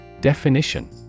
Definition